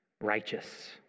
righteous